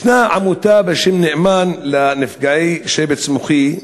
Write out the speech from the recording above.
יש עמותה בשם "נאמן" לנפגעי שבץ מוחי.